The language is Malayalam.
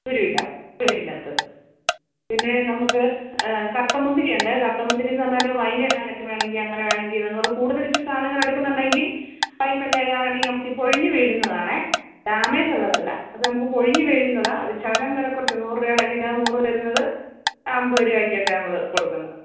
ഒരു കിലോ കുരു ഇല്ലാത്തത് പിന്നെ നമുക്ക് കറുത്ത മുന്തിരിയുണ്ട് കറുത്ത മുന്തിരിയെന്നു പറഞ്ഞാൽ വൈൻ ഇടാനൊക്കെ വേണമെങ്കിൽ അങ്ങനെ വേണമെങ്കിൽ നിങ്ങൾ കൂടുതൽ ഇച്ചിരി സാധനങ്ങൾ എടുക്കുന്നുണ്ടെങ്കിൽ വൈൻ വല്ലതും ഇടാനാണെങ്കിൽ നമുക്കീ പൊഴിഞ്ഞു വീഴുന്നതാണെ ഡാമേജുള്ളതല്ല അത് നമുക്ക് പൊഴിഞ്ഞു വീഴുന്നതാണ് അതു ശകലം വില കുറച്ച് നൂറ് രൂപയുടെയൊക്കെ കിലോ നൂറ് വരുന്നത് അൻപത് രൂപയ്ക്കൊക്കെ നമ്മൾ കൊടുക്കുന്നു